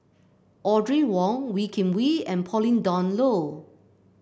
Audrey Wong Wee Kim Wee and Pauline Dawn Loh